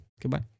Goodbye